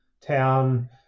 town